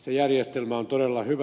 se järjestelmä on todella hyvä